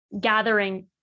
gathering